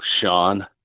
Sean